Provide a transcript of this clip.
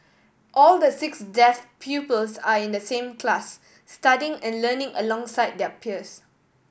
all the six deaf pupils are in the same class studying and learning alongside their peers